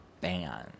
band